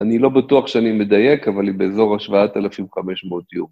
אני לא בטוח שאני מדייק, אבל היא באזור ה-7,500 יום.